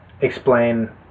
explain